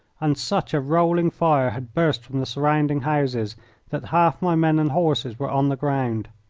and such a rolling fire had burst from the surrounding houses that half my men and horses were on the ground.